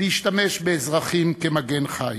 להשתמש באזרחים כמגן חי,